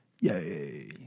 Yay